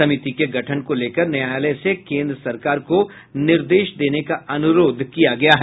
समिति के गठन को लेकर न्यायालय से केन्द्र सरकार को निर्देश देने का अनुरोध किया गया है